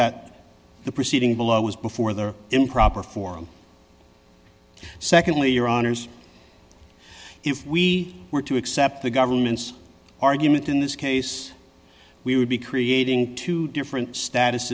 that the proceeding below is before the improper forum secondly your honors if we were to accept the government's argument in this case we would be creating two different status